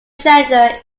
gender